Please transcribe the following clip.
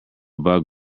bug